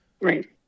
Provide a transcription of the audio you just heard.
Right